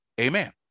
Amen